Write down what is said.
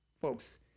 folks